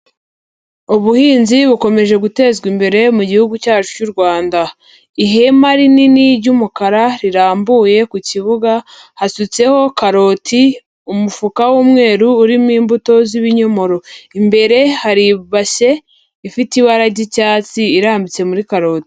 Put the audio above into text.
Ubuhinzi bukomeje gutezwa imbere mu gihugu cyacu cy'u Rwanda. Ihema rinini ry'umukara rirambuye ku kibuga, hasutseho karoti, umufuka w'umweru urimo imbuto z'ibinyomoro. Imbere hari ibase ifite ibara ry'icyatsi irambitse muri karoti.